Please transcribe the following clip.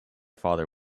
father